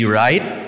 right